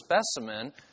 specimen